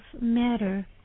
matter